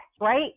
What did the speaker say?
right